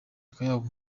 akayabo